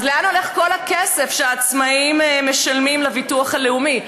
אז לאן הולך כל הכסף שהעצמאים משלמים לביטוח הלאומי?